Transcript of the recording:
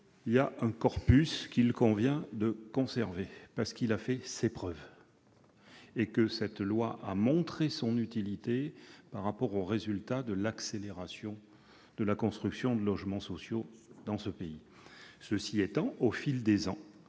Il y a un corpus qu'il convient de conserver, parce qu'il a fait ses preuves. Cette loi a montré son utilité en termes d'accélération de la construction de logements sociaux. Cela étant, au fil des ans,